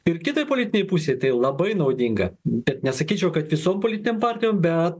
ir kitai politinei pusei tai labai naudinga bet nesakyčiau kad visom politinėm partijom bet